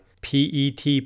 PET